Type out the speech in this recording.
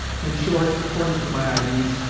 in short, according to my idees,